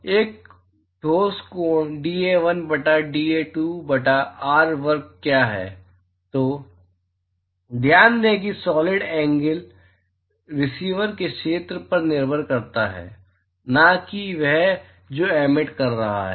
और एक ठोस कोण dA1 बटा dA2 बटा r वर्ग क्या है तो ध्यान दें कि सॉलिड एंगल रिसीवर के क्षेत्र पर निर्भर करता है न कि वह जो एमिट कर रहा है